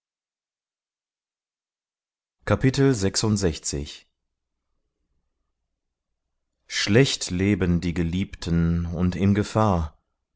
schlecht leben die geliebten und in gefahr